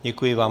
Děkuji vám.